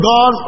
God